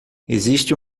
existe